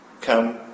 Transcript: come